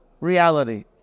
reality